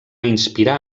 inspirar